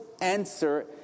answer